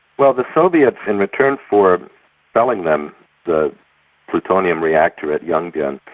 well the soviets, in return for selling them the plutonium reactor at yongbyon,